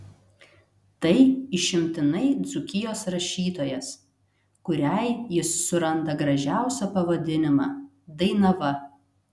tai išimtinai dzūkijos rašytojas kuriai jis suranda gražiausią pavadinimą dainava